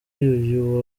uyu